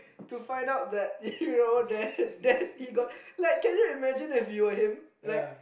to find out that you know that that he got like can you imagine if you were him like